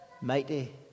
mighty